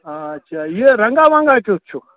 اچھا یہِ رنٛگا ونٛگا کیُتھ چھُکھ